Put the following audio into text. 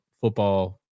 football